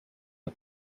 for